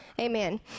amen